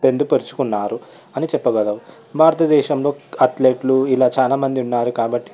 పొందుపరచుకున్నారు అని చెప్పగలము భారత దేశంలో అథ్లెట్లు ఇలా చాలా మంది ఉన్నారు కాబట్టి